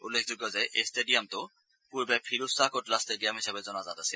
উল্লেখযোগ্য যে এই টেডিয়ামটো পূৰ্বে ফিৰোজ খাহ কোটলা ষ্টেডিয়াম হিচাপে জনাজাত আছিল